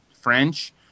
French